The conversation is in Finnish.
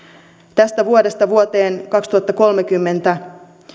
tästä vuodesta vuoteen kaksituhattakolmekymmentä